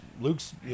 Luke's